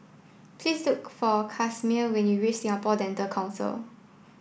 please look for Casimir when you reach Singapore Dental Council